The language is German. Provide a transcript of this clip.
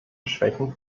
schwächen